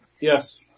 Yes